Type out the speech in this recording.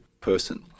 person